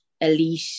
elite